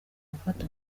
gufata